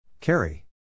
Carry